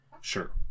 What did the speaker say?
Sure